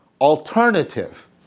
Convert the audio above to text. alternative